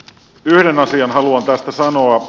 yhden asian haluan tästä sanoa